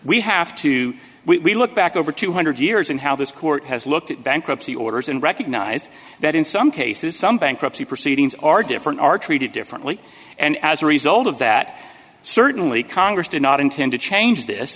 we have to we look back over two hundred years and how this court has looked at bankruptcy orders and recognized that in some cases some bankruptcy proceedings are different are treated differently and as a result of that certainly congress did not intend to change this